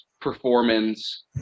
performance